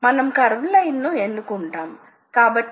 మరియు ఈ చక్ ఒక కుదురు ద్వారా తిప్పబడుతుంది